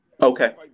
Okay